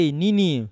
nini